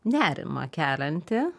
nerimą kelianti